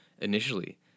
initially